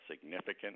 significant